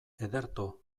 ederto